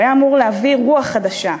הוא היה אמור להביא רוח חדשה.